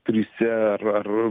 trise ar ar